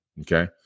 Okay